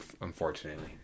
unfortunately